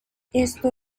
esto